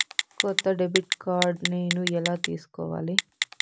కొత్త debit card నేను ఎలా తీసుకోవాలి?